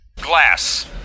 Glass